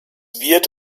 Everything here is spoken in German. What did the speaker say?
wird